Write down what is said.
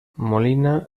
molina